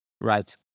Right